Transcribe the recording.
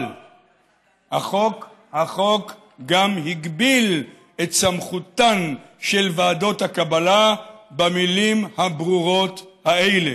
אבל החוק גם הגביל את סמכותן של ועדות הקבלה במילים הברורות האלה: